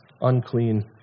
unclean